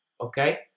okay